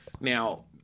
Now